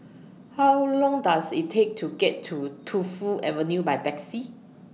How Long Does IT Take to get to Tu Fu Avenue By Taxi